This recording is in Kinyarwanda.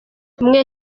mwe